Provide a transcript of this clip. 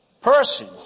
person